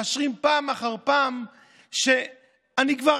מאשרים פעם אחרי פעם שאני כבר